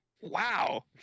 wow